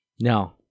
no